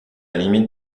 limite